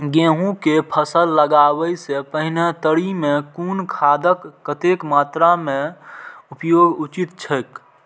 गेहूं के फसल लगाबे से पेहले तरी में कुन खादक कतेक मात्रा में उपयोग उचित छेक?